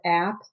app